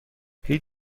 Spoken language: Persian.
هیچ